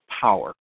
power